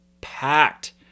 packed